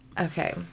okay